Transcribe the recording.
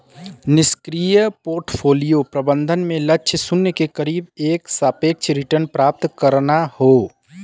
निष्क्रिय पोर्टफोलियो प्रबंधन में लक्ष्य शून्य के करीब एक सापेक्ष रिटर्न प्राप्त करना हौ